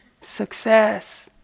success